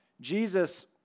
Jesus